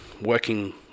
working